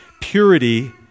purity